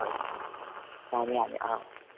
ꯑꯧ ꯌꯥꯅꯤ ꯑꯥ